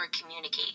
communicate